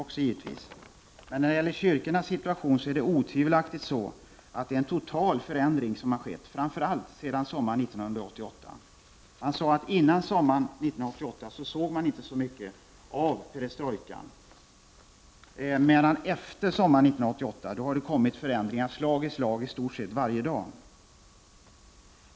När det gäller kyrkornas situation är det otvivelaktigt så, att det är en total förändring som skett, framför allt sedan sommaren 1988. Man sade att före sommaren 1988 såg man inte så mycket av perestrojkan men att det efter sommaren 1988 hade kommit förändringar slag i slag i stort sett varje dag.